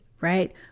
right